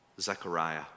Zechariah